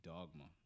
Dogma